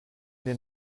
den